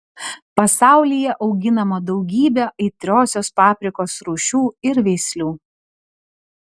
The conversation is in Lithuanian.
pasaulyje auginama daugybė aitriosios paprikos rūšių ir veislių